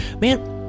man